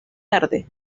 tarde